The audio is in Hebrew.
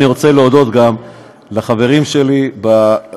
אני רוצה להודות גם לחברים שלי בוועדה,